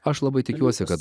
aš labai tikiuosi kad